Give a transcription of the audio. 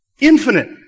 Infinite